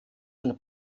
ein